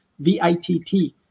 VITT